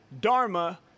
Dharma